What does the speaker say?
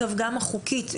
גם החוקית,